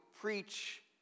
preach